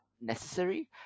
necessary